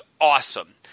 awesome